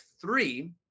three